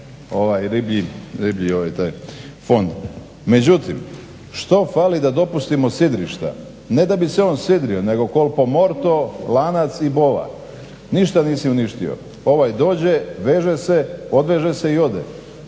za riblji fond. Međutim što fali da dopustimo sidrišta ne da bi se on sidrio nego … lanac i bova. Ništa nisi uništio. Ovaj dođe, veže se, podveže se i ode,